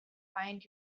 find